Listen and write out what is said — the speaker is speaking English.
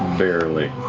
barely.